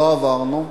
לא עברנו,